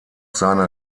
seiner